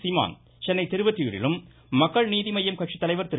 சீமான் சென்னை திருவொற்றியூரிலும் மக்கள் நீதி மய்ய கட்சி தலைவர் திரு